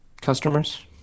customers